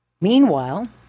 Meanwhile